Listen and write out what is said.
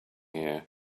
here